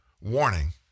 warning